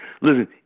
Listen